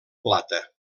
plata